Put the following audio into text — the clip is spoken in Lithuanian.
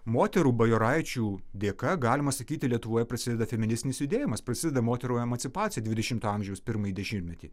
moterų bajoraičių dėka galima sakyti lietuvoje prasideda feministinis judėjimas prasideda moterų emancipacija dvidešimto amžiaus pirmąjį dešimtmetį